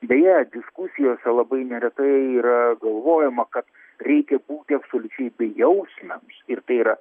deja diskusijose labai neretai yra galvojama kad reikia būti absoliučiai bejausmiams ir tai yra